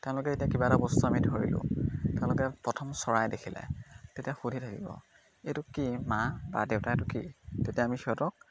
তেওঁলোকে এতিয়া কিবা এটা বস্তু আমি ধৰিলোঁ তেওঁলোকে প্ৰথম চৰাই দেখিলে তেতিয়া সুধি থাকিব এইটো কি মা বা দেউতাই এইটো কি তেতিয়া আমি সিহঁতক